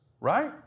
right